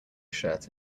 shirt